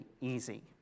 easy